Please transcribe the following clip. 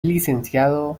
licenciado